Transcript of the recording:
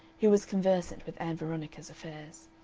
who was conversant with ann veronica's affairs.